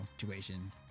situation